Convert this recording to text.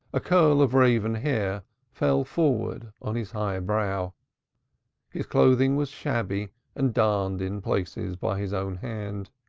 a curl of raven hair fell forwards on his high brow his clothing was shabby and darned in places by his own hand.